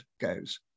goes